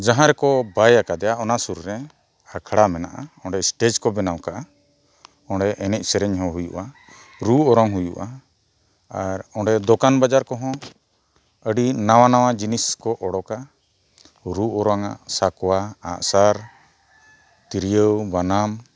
ᱡᱟᱦᱟᱸ ᱨᱮᱠᱚ ᱵᱟᱭ ᱟᱠᱟᱫᱮᱭᱟ ᱚᱱᱟ ᱥᱩᱨ ᱨᱮ ᱟᱠᱷᱲᱟ ᱢᱮᱱᱟᱜᱼᱟ ᱚᱸᱰᱮ ᱠᱚ ᱵᱮᱱᱟᱣ ᱟᱠᱟᱫᱼᱟ ᱚᱸᱰᱮ ᱮᱱᱮᱡᱼᱥᱮᱨᱮᱧ ᱦᱚᱸ ᱦᱩᱭᱩᱜᱼᱟ ᱨᱩ ᱚᱨᱚᱝ ᱦᱩᱭᱩᱜᱼᱟ ᱟᱨ ᱚᱸᱰᱮ ᱫᱚᱠᱟᱱ ᱵᱟᱡᱟᱨ ᱠᱚᱦᱚᱸ ᱟᱹᱰᱤ ᱱᱟᱣᱟᱼᱱᱟᱣᱟ ᱡᱤᱱᱤᱥ ᱠᱚ ᱩᱰᱩᱠᱟ ᱨᱩ ᱚᱨᱚᱝᱟᱜ ᱥᱟᱠᱣᱟ ᱟᱜᱼᱥᱟᱨ ᱛᱤᱨᱭᱳ ᱵᱟᱱᱟᱢ